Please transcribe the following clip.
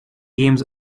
games